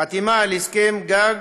חתימה על הסכם גג